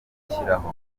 gushyiraho